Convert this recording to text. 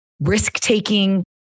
risk-taking